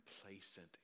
complacent